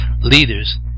leaders